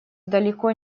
далеко